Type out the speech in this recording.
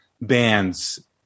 bands